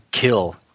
kill